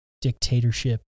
dictatorship